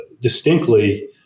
distinctly